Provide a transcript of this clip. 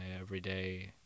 everyday